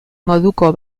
moduko